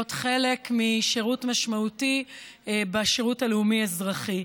והפכו להיות חלק משירות משמעותי בשירות הלאומי-אזרחי.